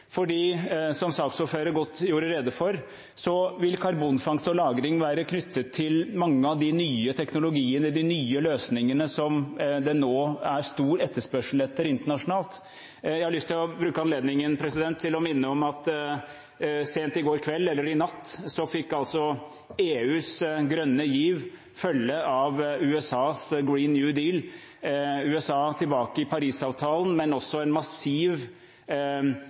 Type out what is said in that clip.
gjorde godt rede for, vil karbonfangst og -lagring være knyttet til mange av de nye teknologiene, de nye løsningene som det nå er stor etterspørsel etter internasjonalt. Jeg har lyst til å bruke anledningen til å minne om at sent i går kveld, eller i natt, fikk EUs grønne giv følge av USAs Green New Deal. USA er tilbake i Parisavtalen, men det er også en massiv